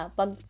Pag